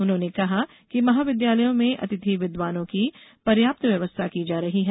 उन्होंने कहा कि महाविद्यालयों में अतिथि विद्वानों की पर्याप्त व्यवस्था की जा रही है